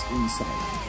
inside